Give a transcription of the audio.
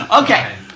Okay